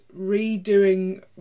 redoing